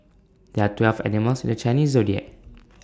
there are twelve animals in the Chinese Zodiac